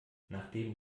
nachdem